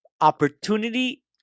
opportunity